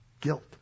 guilt